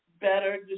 better